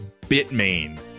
Bitmain